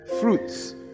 fruits